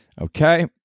Okay